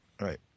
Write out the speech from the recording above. right